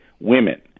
women